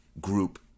group